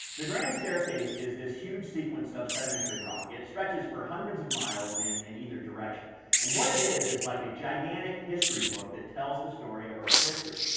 the grand staircase is this huge sequence of sedimentary rock. it stretches for hundreds of miles in in either direction and what it is is like a gigantic history book that tells the story of earth history.